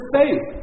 faith